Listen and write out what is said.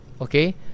okay